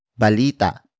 balita